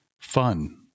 fun